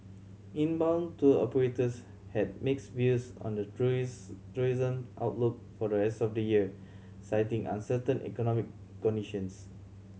inbound tour operators had mixed views on the tourism outlook for the rest of the year citing uncertain economic conditions